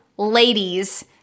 Ladies